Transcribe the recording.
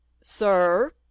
Sir